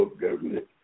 government